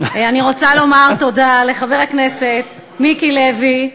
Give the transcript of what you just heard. אני רוצה לומר תודה לחבר הכנסת מיקי לוי,